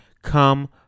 come